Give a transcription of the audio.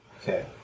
Okay